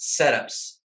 setups